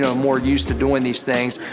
ah more used to doing these things.